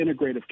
integrative